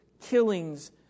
killings